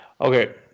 Okay